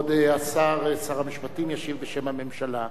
כבוד שר המשפטים ישיב בשם הממשלה.